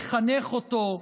לחנך אותו,